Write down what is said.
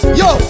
yo